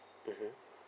mmhmm